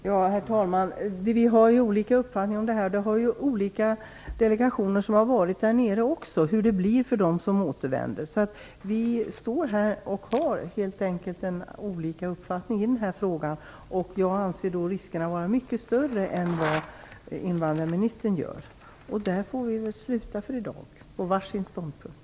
Herr talman! Vi har olika uppfattning om hur det blir för dem som återvänder. Det har olika delegationer som har varit där nere också. Vi står här och har helt enkelt olika uppfattning i den här frågan. Jag anser riskerna vara mycket större än vad invandrarministern tycker. Där får vi väl sluta för i dag, på var sin ståndpunkt.